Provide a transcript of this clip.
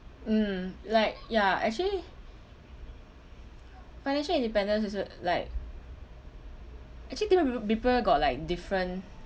mm like ya actually financial independence is uh like actually different peo~ people got like different